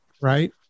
right